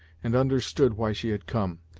and understood why she had come,